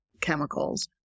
chemicals